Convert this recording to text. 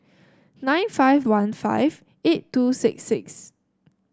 nine five one five eight two six six